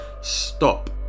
stop